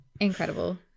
Incredible